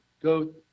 go